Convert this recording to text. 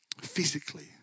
physically